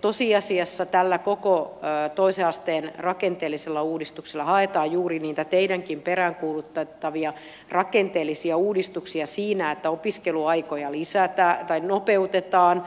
tosiasiassa tällä koko toisen asteen rakenteellisella uudistuksella haetaan juuri niitä teidänkin peräänkuuluttamianne rakenteellisia uudistuksia siinä että opiskeluaikoja nopeutetaan